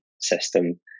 system